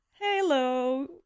Hello